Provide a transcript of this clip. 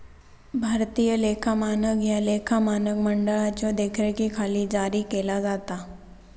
भारतीय लेखा मानक ह्या लेखा मानक मंडळाच्यो देखरेखीखाली जारी केला जाता